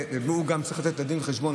והוא גם צריך לתת את הדין והחשבון,